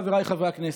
חבריי חברי הכנסת,